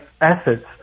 assets